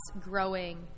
growing